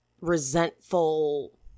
resentful